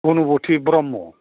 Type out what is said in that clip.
Gunubathi Brahma